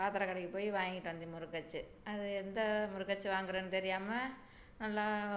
பாத்திர கடைக்கு போய் வாங்கிகிட்டு வந்தேன் முறுக்கு அச்சு அது எந்த முறுக்கு அச்சு வாங்குறதுன்னு தெரியாமல் நல்லா